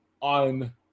on